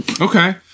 okay